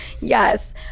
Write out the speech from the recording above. yes